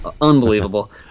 unbelievable